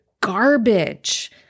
garbage